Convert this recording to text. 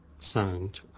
sound